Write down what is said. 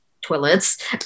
toilets